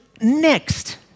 next